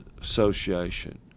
association